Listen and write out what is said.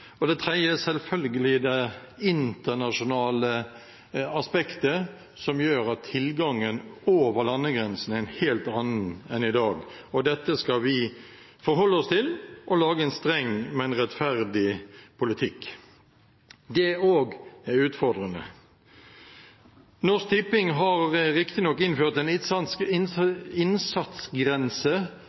Og det tredje er selvfølgelig det internasjonale aspektet som gjør at tilgangen over landegrensene er en helt annen enn i dag. Dette skal vi forholde oss til og lage en streng, men rettferdig politikk. Det òg er utfordrende. Norsk Tipping har riktignok innført en